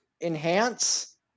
enhance